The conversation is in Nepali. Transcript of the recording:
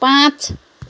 पाँच